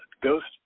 Ghost